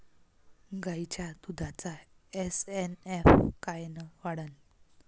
गायीच्या दुधाचा एस.एन.एफ कायनं वाढन?